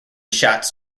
shots